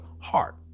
heart